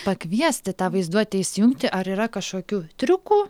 pakviesti tą vaizduotę įsijungti ar yra kažkokių triukų